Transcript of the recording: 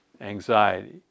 anxiety